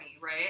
right